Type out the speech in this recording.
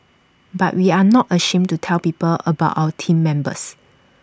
but we are not ashamed to tell people about our Team Members